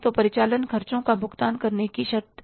तो परिचालन खर्चों का भुगतान करने की शर्तें क्या हैं